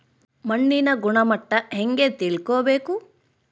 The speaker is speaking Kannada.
ಮಣ್ಣಿನ ಗುಣಮಟ್ಟ ಹೆಂಗೆ ತಿಳ್ಕೊಬೇಕು?